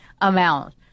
amount